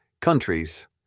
countries